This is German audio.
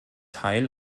teil